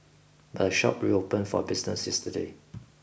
but a shop reopened for business yesterday